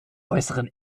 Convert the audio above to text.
äußeren